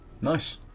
Nice